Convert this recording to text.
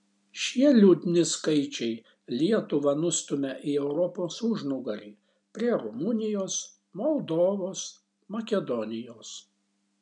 šie liūdni skaičiai lietuvą nustumia į europos užnugarį prie rumunijos moldovos makedonijos